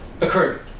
occurred